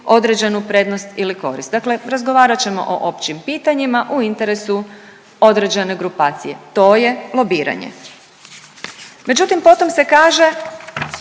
određenu prednost ili korist. Dakle, razgovarat ćemo o općim pitanjima u interesu određene grupacije. To je lobiranje. Međutim, potom se kaže